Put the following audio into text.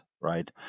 right